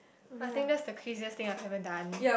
I think that is the craziest thing I have ever done